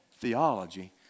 theology